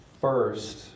First